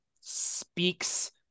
speaks